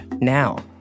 now